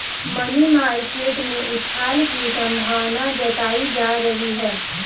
money market में उछाल की संभावना जताई जा रही है